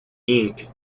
ink